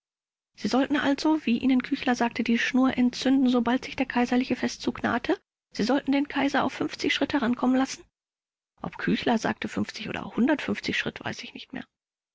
sie sollten also wie ihnen küchler sagte die schnur entzünden sobald sich der kaiserliche festzug nahte sie sollten den kaiser auf schritt herankommen lassen rupsch ob küchler sagte oder schritt weiß ich nicht mehr